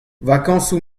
vakañsoù